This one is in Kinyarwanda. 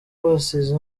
basize